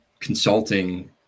consulting